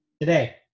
Today